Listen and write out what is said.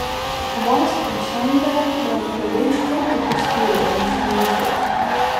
vos pasamdę darbdaviai iš karto paskyrė jam šią užduotį